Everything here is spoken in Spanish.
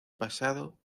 pasado